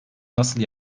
nasıl